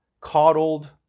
coddled